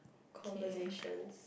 okay